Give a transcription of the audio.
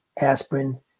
aspirin